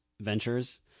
ventures